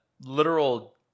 literal